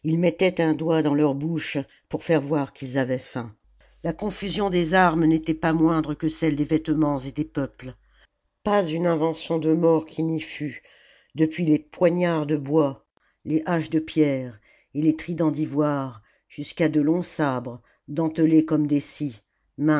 mettaient un doigt dans leur bouche pour faire voir qu'ils avaient faim la confusion des armes n'était pas moindre que celle des vêtements et des peuples pas une invention de mort qui n'y fût depuis les poignards de bois les haches de pierre et les tridents d'ivoire jusqu'à de longs sabres dentelés comme des scies